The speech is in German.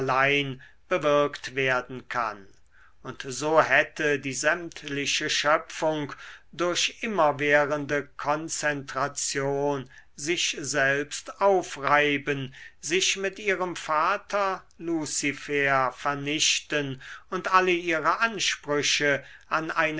bewirkt werden kann und so hätte die sämtliche schöpfung durch immerwährende konzentration sich selbst aufreiben sich mit ihrem vater luzifer vernichten und alle ihre ansprüche an